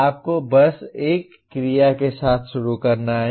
आपको बस एक क्रिया के साथ शुरू करना है